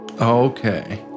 okay